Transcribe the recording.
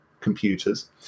computers